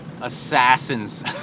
assassins